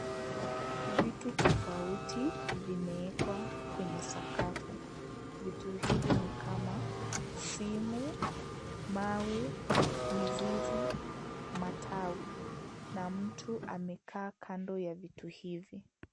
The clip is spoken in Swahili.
Vitu tofauti, vimeekwa kwenye sakafu. Vitu hivi ni kama simu, mawe, mizizi, matawi, na mtu amekaa kando ya vitu hivi.